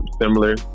similar